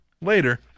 later